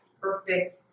perfect